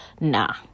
nah